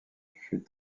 fut